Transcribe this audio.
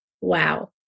Wow